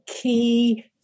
key